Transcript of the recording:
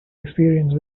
experience